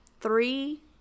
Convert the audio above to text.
three